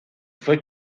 fue